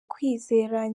kwizera